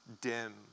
dim